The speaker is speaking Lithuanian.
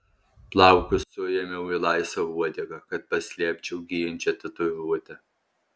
plaukus suėmiau į laisvą uodegą kad paslėpčiau gyjančią tatuiruotę